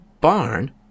Barn